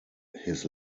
his